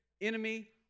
enemy